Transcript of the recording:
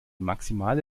maximale